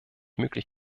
möglich